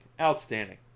Outstanding